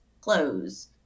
clothes